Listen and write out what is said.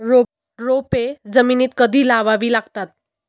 रोपे जमिनीत कधी लावावी लागतात?